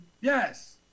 Yes